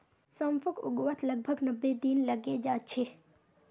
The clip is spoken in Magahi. सौंफक उगवात लगभग नब्बे दिन लगे जाच्छे